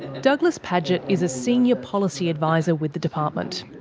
douglas padgett is a senior policy advisor with the department,